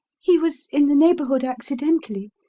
he was in the neighbourhood accidentally.